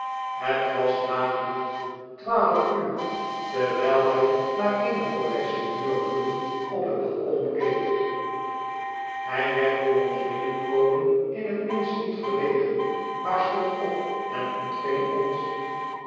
het was nagenoeg twaalf uur terwijl hij naar eene collectie muurbloemen op het balkon keek hij werd door ons binnenkomen in het minst niet verlegen maar stond op en ontving ons